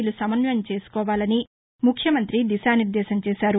లు సమన్వయం చేసుకోవాలని ముఖ్యమంత్రి దిశానిర్దేశం చేశారు